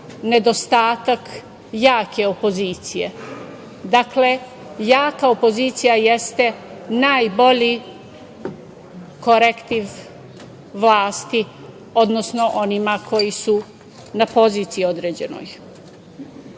nedostatak jake opozicije. Dakle, jaka opozicija jeste najbolji korektiv vlasti, odnosno onima koji su na određenoj